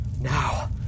Now